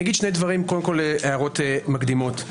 קודם כל שתי הערות מקדימות.